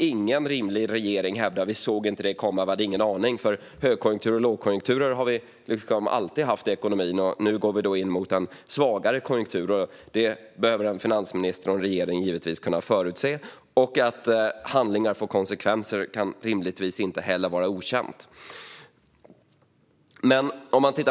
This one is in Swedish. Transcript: Ingen rimlig regering kan hävda att man inte såg detta komma och att man inte hade någon aning, för högkonjunkturer och lågkonjunkturer har vi alltid haft i ekonomin. Nu går vi mot en svagare konjunktur, och det behöver en finansminister och en regering givetvis kunna förutse. Att handlingar får konsekvenser kan rimligtvis inte heller vara okänt.